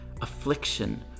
affliction